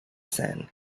sin